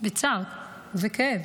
בצער ובכאב